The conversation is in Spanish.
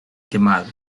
quemado